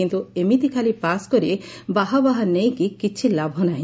କିନ୍ତୁ ଏମିତି ଖାଲି ପାସ୍ କରି ବାହା ବାହା ନେଇକି କିଛି ଲାଭ ନାହି